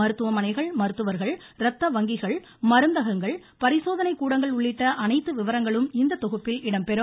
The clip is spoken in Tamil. மருத்துவமனைகள் மருத்துவர்கள் ரத்த வங்கிகள் மருந்தகங்கள் பரிசோதனைக் கூடங்கள் உள்ளிட்ட அனைத்து விவரங்களும் இந்த தொகுப்பில் இடம்பெறும்